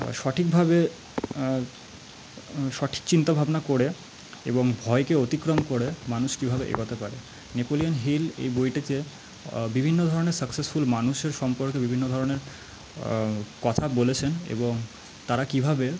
সঠিকভাবে সঠিক চিন্তাভাবনা করে এবং ভয়কে অতিক্রম করে মানুষ কীভাবে এগোতে পারে নেপোলিয়ান হিল এই বইটিতে বিভিন্ন ধরণের সাকসেসফুল মানুষের সম্পর্কে বিভিন্ন ধরণের কথা বলেছেন এবং তারা কীভাবে